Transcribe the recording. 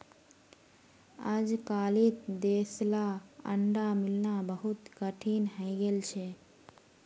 अजकालित देसला अंडा मिलना बहुत कठिन हइ गेल छ